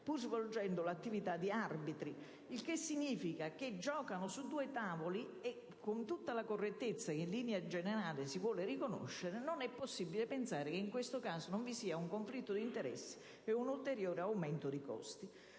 pur svolgendo l'attività di arbitri, il che significa che «giocano» su due tavoli e, con tutta la correttezza che in linea di massima si vuole riconoscere, non è possibile pensare che in questo caso non si determinino conflitti d'interesse e un ulteriore aumento di costi.